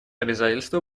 обязательство